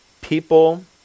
people